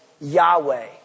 Yahweh